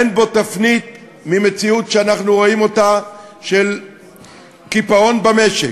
אין בו תפנית ממציאות שאנחנו רואים של קיפאון במשק,